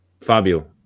Fabio